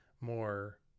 more